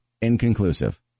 Inconclusive